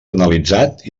analitzat